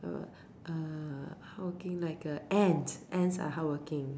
err hardworking like a Ant ants are hardworking